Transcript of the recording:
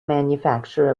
manufacture